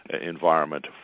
environment